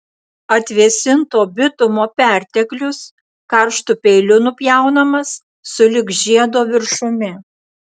atvėsinto bitumo perteklius karštu peiliu nupjaunamas sulig žiedo viršumi